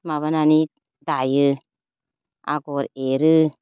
माबानानै दायो आगर एरो